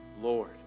Lord